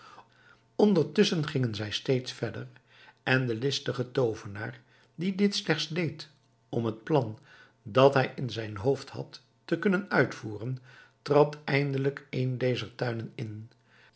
ondertusschen gingen zij steeds verder en de listige toovenaar die dit slechts deed om het plan dat hij in zijn hoofd had te kunnen uitvoeren trad eindelijk een dezer tuinen in